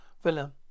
Villa